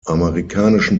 amerikanischen